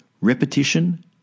Repetition